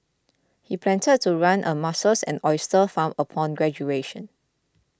he planned to run a mussels and oyster farm upon graduation